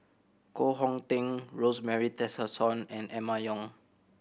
Koh Hong Teng Rosemary Tessensohn and Emma Yong